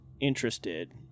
interested